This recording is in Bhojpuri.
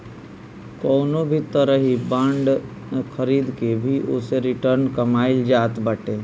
कवनो भी तरही बांड खरीद के भी ओसे रिटर्न कमाईल जात बाटे